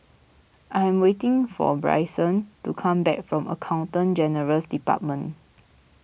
I am waiting for Brycen to come back from Accountant General's Department